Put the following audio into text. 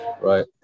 Right